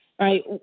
right